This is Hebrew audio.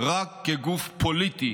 רק כגוף פוליטי